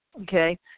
Okay